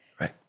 Right